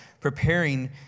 preparing